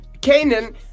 canaan